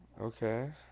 Okay